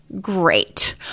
great